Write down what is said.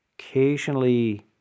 occasionally